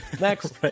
next